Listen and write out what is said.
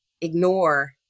ignore